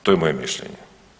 To je moje mišljenje.